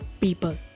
people